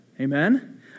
Amen